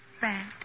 bad